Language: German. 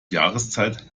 jahreszeit